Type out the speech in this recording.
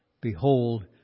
Behold